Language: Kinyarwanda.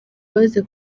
baza